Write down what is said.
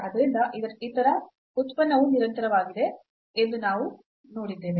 ಆದ್ದರಿಂದ ಇತರ ಉತ್ಪನ್ನವು ನಿರಂತರವಾಗಿದೆ ಎಂದು ನಾವು ನೋಡಿದ್ದೇವೆ